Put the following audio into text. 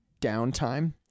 downtime